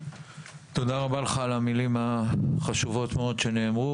תודה רבה לך על המילים החשובות שנאמרו